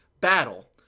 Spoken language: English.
battle